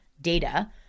data